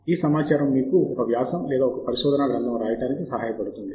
ఈ సమాచారము మీకు ఒక వ్యాసం లేదా ఒక పరిశోధనా గ్రంధము రాయడానికి సహాయపడుతుంది